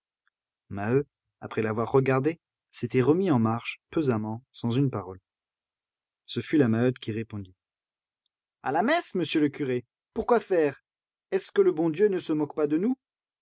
maheu après l'avoir regardé s'était remis en marche pesamment sans une parole ce fut la maheude qui répondit a la messe monsieur le curé pour quoi faire est-ce que le bon dieu ne se moque pas de nous